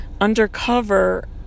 Undercover